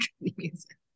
music